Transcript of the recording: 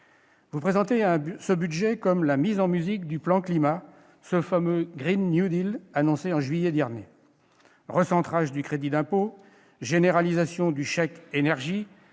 Vous présentez ce budget comme la mise en musique du plan Climat, ce fameux annoncé en juillet dernier : recentrage du crédit d'impôt, généralisation du chèque énergie,